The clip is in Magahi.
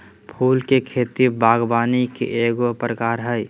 फूल के खेती बागवानी के एगो प्रकार हइ